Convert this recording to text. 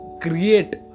create